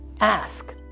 Ask